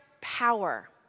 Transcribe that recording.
power